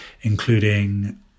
including